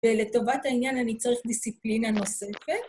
ולטובת העניין אני צריך דיסציפלינה נוספת.